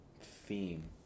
theme